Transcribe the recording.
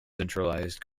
centralized